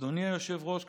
אדוני היושב-ראש,